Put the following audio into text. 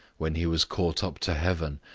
when he was caught up to heaven,